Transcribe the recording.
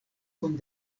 kun